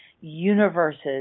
universes